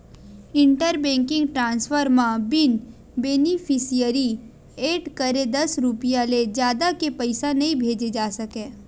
inter banking transfer म बिन beneficiary add करे दस रूपिया ले जादा के पइसा नइ भेजे जा सकय